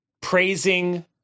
praising